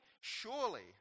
Surely